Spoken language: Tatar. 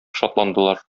шатландылар